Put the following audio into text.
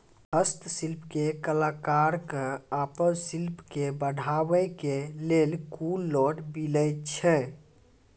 हस्तशिल्प के कलाकार कऽ आपन शिल्प के बढ़ावे के लेल कुन लोन मिलै छै?